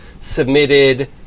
submitted